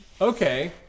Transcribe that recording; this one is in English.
okay